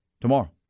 tomorrow